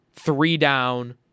three-down